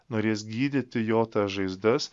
norės gydyti jo tas žaizdas